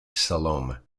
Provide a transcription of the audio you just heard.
salome